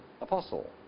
apostle